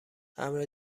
امر